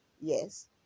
yes